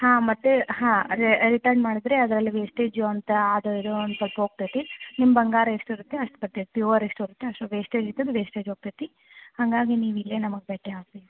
ಹಾಂ ಮತ್ತು ಹಾಂ ಅದೇ ರಿಟರ್ನ್ ಮಾಡಿದರೆ ಅದರಲ್ಲಿ ವೇಸ್ಟೇಜು ಅಂತ ಅದು ಇದು ಅಂತ ಸ್ವಲ್ಪ ಹೋಗ್ತತಿ ನಿಮ್ಮ ಬಂಗಾರ ಎಷ್ಟು ಇರುತ್ತೆ ಅಷ್ಟು ಬರತೈತಿ ಅಷ್ಟು ಹೋಗತ್ತೆ ಅಷ್ಟು ವೇಸ್ಟೇಜ್ ಇದ್ದದ್ದು ವೇಸ್ಟೇಜ್ ಹೋಗತೈತಿ ಹಾಗಾಗಿ ನೀವು ಇಲ್ಲೇ ನಮ್ಗೆ ಭೇಟಿ ಆಗಿರಿ